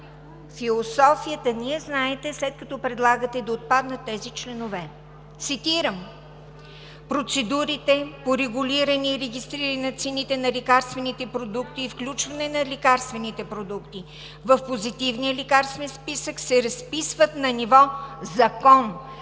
Философията – Вие знаете, след като предлагате да отпаднат тези членове, цитирам: „Процедурите по регулиране и регистриране на цените на лекарствените продукти и включване на лекарствените продукти в Позитивния лекарствен списък се разписват на ниво закон,